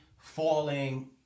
falling